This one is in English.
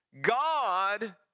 God